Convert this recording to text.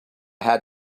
had